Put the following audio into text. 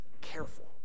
careful